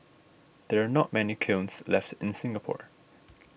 there are not many kilns left in Singapore